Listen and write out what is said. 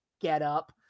getup